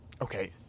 Okay